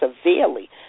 severely